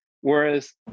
Whereas